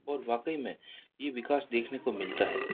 और वाकई में ये विकास देखने को मिलता है